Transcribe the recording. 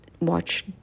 watch